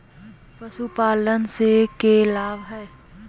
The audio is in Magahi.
पशुपालन से के लाभ हय?